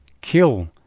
kill